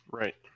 right